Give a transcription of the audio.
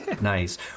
Nice